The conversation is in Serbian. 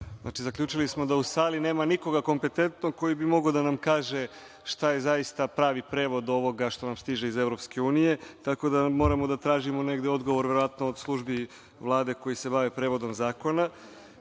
Znači, zaključili smo da u sali nema nikoga kompetentnog koji bi mogao da nam kaže šta je zaista pravi prevod ovoga što nam stiže iz EU.Tako da moramo da tražimo negde odgovor, verovatno od službi Vlade koji se bave prevodom zakona,